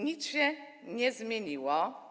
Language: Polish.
Nic się nie zmieniło.